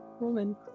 woman